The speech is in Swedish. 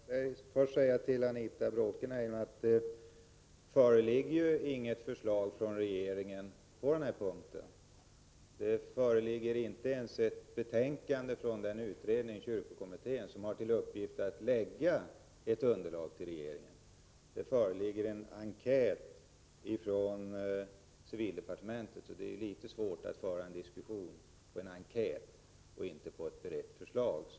Herr talman! Låt mig först säga till Anita Bråkenhielm att det inte föreligger något förslag från regeringen på den här punkten. Det föreligger inte ens ett betänkande från den utredning, kyrkokommittén, som har till uppgift att lägga fram ett underlag för regeringen. Det föreligger en enkät från civildepartementet, och det är litet svårt att föra en diskussion med utgångspunkt i en enkät och inte på grundval av ett berett förslag.